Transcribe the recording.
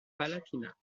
palatinat